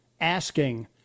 asking